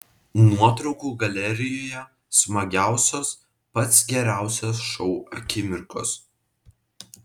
nuotraukų galerijoje smagiausios pats geriausias šou akimirkos